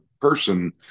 person